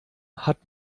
hat